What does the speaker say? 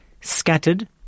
Scattered